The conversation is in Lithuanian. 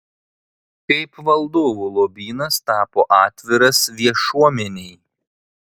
kaip valdovų lobynas tapo atviras viešuomenei